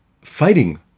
fighting